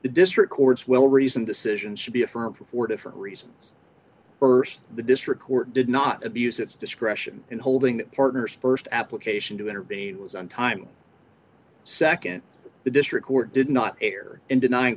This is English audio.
the district courts well reasoned decision should be affirmed for four different reasons erst the district court did not abuse its discretion in holding partner's st application to intervene was on time second the district court did not err in denying